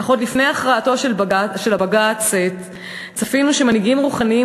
אך עוד לפני הכרעתו של הבג"ץ ציפינו שמנהיגים רוחניים,